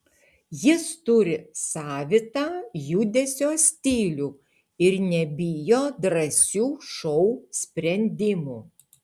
jis turi savitą judesio stilių ir nebijo drąsių šou sprendimų